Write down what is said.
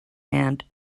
and